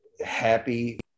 Happy